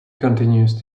continues